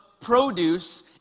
produce